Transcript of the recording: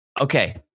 Okay